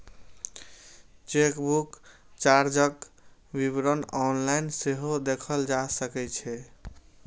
chequebook चार्जक विवरण online सेहो देखल जा सकै छै